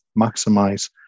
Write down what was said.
maximize